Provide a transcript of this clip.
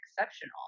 exceptional